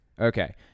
Okay